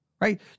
right